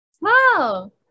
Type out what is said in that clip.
wow